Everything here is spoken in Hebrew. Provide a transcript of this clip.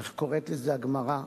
איך קוראת לזה הגמרא?